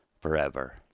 Forever